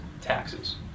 taxes